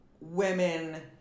women